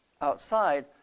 outside